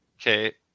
Okay